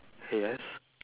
yes